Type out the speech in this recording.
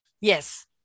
Yes